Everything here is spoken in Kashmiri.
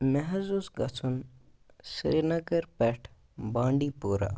مےٚ حظ اوس گژھُن سری نگر پٮ۪ٹھ بانڈی پورہ